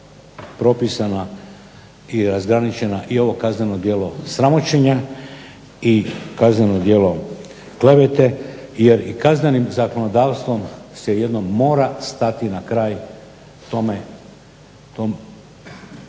propisana i razgraničena i ovo kazneno djelo sramoćenja i kazneno djelo klevete jer i Kaznenim zakonodavstvom se jednom mora stati na kraj tim